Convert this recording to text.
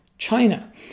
China